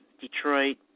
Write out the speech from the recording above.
Detroit